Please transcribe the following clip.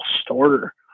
starter